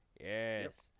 yes